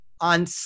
on